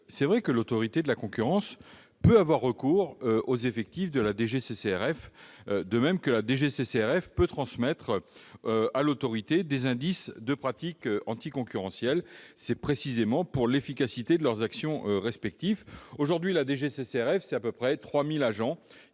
est vrai que l'Autorité de la concurrence peut avoir recours aux effectifs de la DGCCRF, de même que la DGCCRF peut transmettre à l'Autorité de la concurrence des indices de pratiques anti-concurrentielles. Ce faisant, il s'agit d'accroître l'efficacité de leurs actions respectives. Aujourd'hui, la DGCCRF compte à peu près 3 000 agents